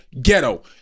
ghetto